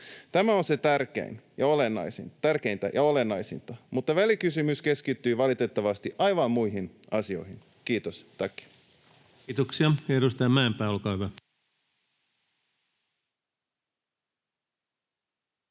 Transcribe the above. Tämä on tärkeintä ja olennaisinta, mutta välikysymys keskittyy valitettavasti aivan muihin asioihin. — Kiitos, tack. Kiitoksia. — Ja edustaja Mäenpää, olkaa hyvä.